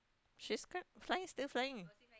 she's can fly still flying